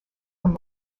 from